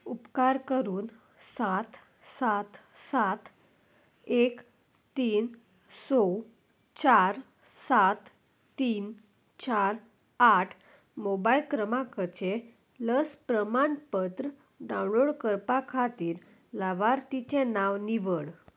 उपकार करून सात सात सात एक तीन स चार सात तीन चार आठ मोबायल क्रमांकाचें लस प्रमाणपत्र डावनलोड करपा खातीर लावार्थीचें नांव निवड